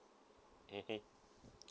mmhmm